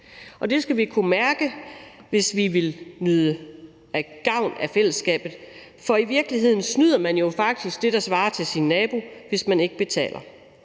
Og det skal vi kunne mærke, hvis vi vil nyde godt af fællesskabet, for i virkeligheden snyder man jo faktisk det, der svarer til sin nabo, hvis man ikke betaler.